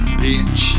bitch